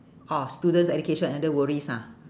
orh student education and no worries ah